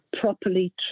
properly